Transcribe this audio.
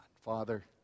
Father